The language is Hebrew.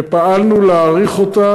ופעלנו להשהות אותה,